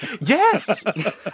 Yes